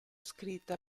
scritta